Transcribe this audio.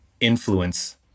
influence